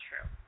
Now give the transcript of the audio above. true